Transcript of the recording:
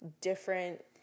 different